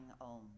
om